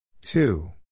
Two